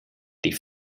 die